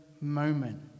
moment